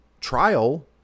trial